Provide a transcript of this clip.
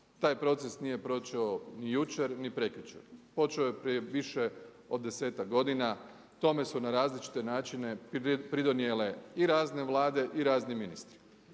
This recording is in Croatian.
Taj proces nije počeo ni jučer, ni prekjučer, počeo je prije više od 10-ak godina, tome su na različite načine pridonijele i razne Vlade i razni ministri.